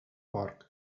porc